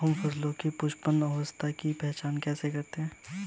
हम फसलों में पुष्पन अवस्था की पहचान कैसे करते हैं?